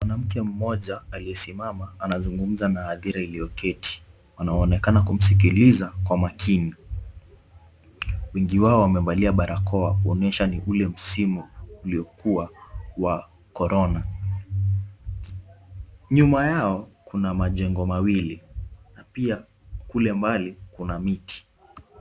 Mwanamke mmoja aliyesimama anazungumza na hadhira iliyoketi, wanaonekana kumsikiliza kwa makini, wengi wao wamevalia barakoa kuonyesha ni ule msimu uliokuwa wa korona, nyuma yao kuna majengo mawili na pia kule mbali kuna miti.